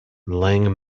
liang